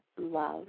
love